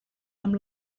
amb